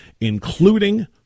including